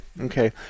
Okay